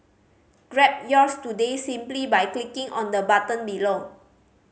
grab yours today simply by clicking on the button below